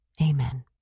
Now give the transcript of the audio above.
Amen